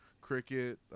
cricket